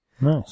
Nice